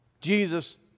Jesus